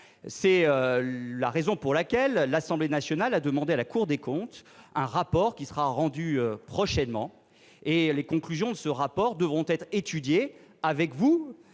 C'est la raison pour laquelle l'Assemblée nationale a demandé à la Cour des comptes un rapport, qui sera remis prochainement. Les conclusions de ce rapport devront être étudiées par les